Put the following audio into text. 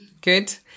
Good